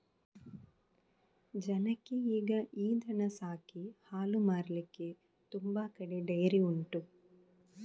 ಜನಕ್ಕೆ ಈಗ ಈ ದನ ಸಾಕಿ ಹಾಲು ಮಾರ್ಲಿಕ್ಕೆ ತುಂಬಾ ಕಡೆ ಡೈರಿ ಉಂಟು